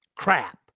Crap